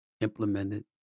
implemented